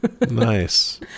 nice